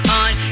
on